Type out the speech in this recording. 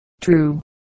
true